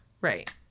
Right